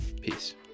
Peace